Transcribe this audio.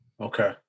Okay